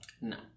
No